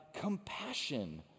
compassion